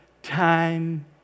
Time